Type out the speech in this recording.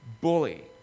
bully